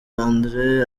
andire